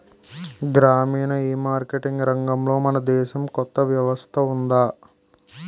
గ్రామీణ ఈమార్కెటింగ్ రంగంలో మన దేశంలో కొత్త వ్యవస్థ ఉందా?